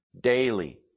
daily